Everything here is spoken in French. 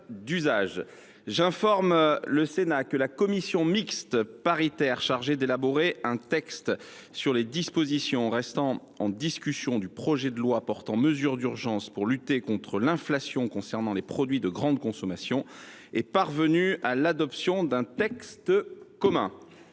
J’informe le Sénat que la commission mixte paritaire chargée d’élaborer un texte sur les dispositions restant en discussion du projet de loi portant mesures d’urgence pour lutter contre l’inflation concernant les produits de grande consommation est parvenue à l’adoption d’un texte commun.